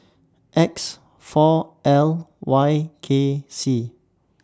X four L Y K C